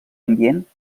ambient